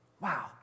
Wow